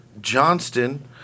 Johnston